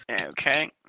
Okay